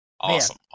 Awesome